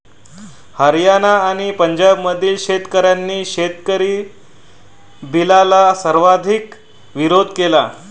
हरियाणा आणि पंजाबमधील शेतकऱ्यांनी शेतकरी बिलला सर्वाधिक विरोध केला